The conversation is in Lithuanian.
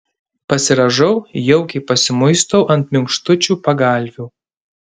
pasirąžau jaukiai pasimuistau ant minkštučių pagalvių